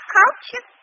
culture